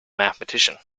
mathematician